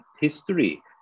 history